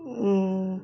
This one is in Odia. ଓ